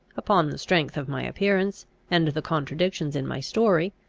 upon the strength of my appearance and the contradictions in my story,